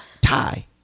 tie